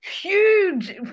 huge